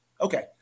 Okay